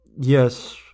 yes